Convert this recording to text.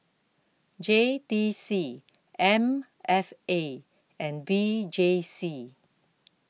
J T C M F A and V J C